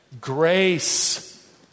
grace